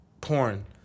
porn